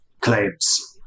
claims